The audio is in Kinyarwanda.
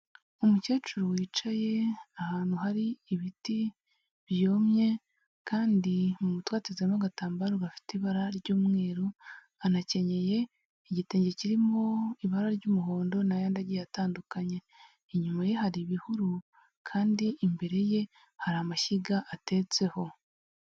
Umukecuru wicaye ahantu hari ibiti byumye, kandi mu mutwe atezemo agatambaro gafite ibara ry'umweru, anakenyeye igitenge kirimo ibara ry'umuhondo n'ayandi agiye atandukanye, inyuma ye hari ibihuru kandi imbere ye hari amashyiga atetseho.